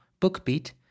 BookBeat